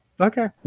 Okay